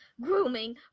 grooming